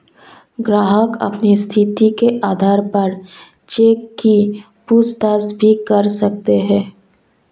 ग्राहक अपनी स्थिति के आधार पर चेक की पूछताछ भी कर सकते हैं